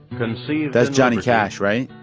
conceived. that's johnny cash, right?